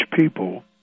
people